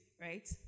right